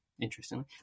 Interestingly